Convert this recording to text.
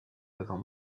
peuvent